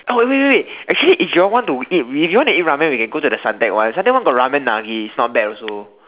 oh wait wait wait actually if you all want to eat if you want to eat ramen we can go to the Suntec one Suntec got ramen-nagi it's not bad also